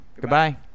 Goodbye